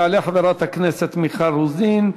תעלה חברת הכנסת מיכל רוזין,